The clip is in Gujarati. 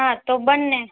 હા તો બને